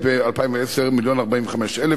וב-2010 זה 1.045 מיליון ש"ח.